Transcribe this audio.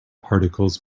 particles